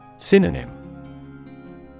Synonym